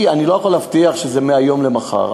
אני לא יכול להבטיח שזה מהיום למחר,